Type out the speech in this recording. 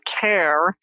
care